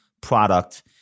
product